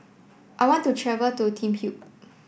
I want to travel to Thimphu